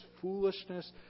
foolishness